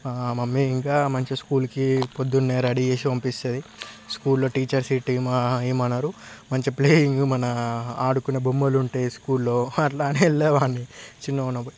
mummy ఇంకా మంచిగా స్కూల్కి పొద్దునే రెడీ చేసి పంపిస్తుంది స్కూల్లో టీచర్స్ గిట్ల ఏమీ అనరు మంచి ప్లేయింగ్ మన ఆడుకునే బొమ్మలు ఉంటాయి స్కూల్లో అట్లా అని వెళ్ళేవాడిని చిన్నగా ఉన్నపుడు